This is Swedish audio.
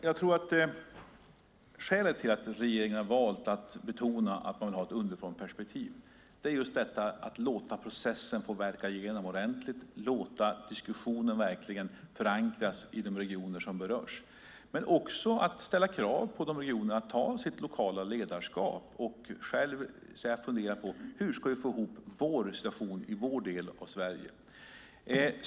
Fru talman! Skälet till att regeringen har valt att betona underifrånperspektivet är att låta processen få värka igenom ordentligt, låta diskussionen förankras i de regioner som berörs. Det handlar också om att kräva att regionerna utövar sitt lokala ledarskap och själva fundera över hur de ska få ihop situationen i deras del av Sverige.